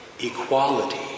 equality